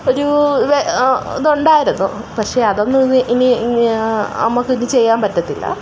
ഒരു ഇത് ഉണ്ടായിരുന്നു പക്ഷെ അതൊന്നും ഇനി ഇനി നമുക്ക് ചെയ്യാൻ പറ്റത്തില്ല